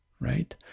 right